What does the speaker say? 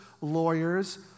lawyers